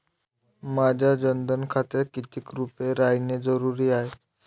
माह्या जनधन खात्यात कितीक रूपे रायने जरुरी हाय?